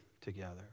together